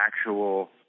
actual